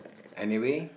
anyway